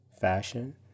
fashion